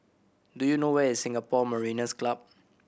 do you know where is Singapore Mariners' Club